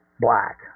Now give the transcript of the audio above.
Black